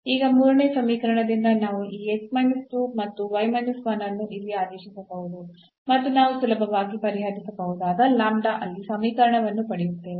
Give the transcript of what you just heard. ಈಗ ಮೂರನೇ ಸಮೀಕರಣದಿಂದ ನಾವು ಈ ಮತ್ತು ಅನ್ನು ಇಲ್ಲಿ ಆದೇಶಿಸಬಹುದು ಮತ್ತು ನಾವು ಸುಲಭವಾಗಿ ಪರಿಹರಿಸಬಹುದಾದ ಅಲ್ಲಿ ಸಮೀಕರಣವನ್ನು ಪಡೆಯುತ್ತೇವೆ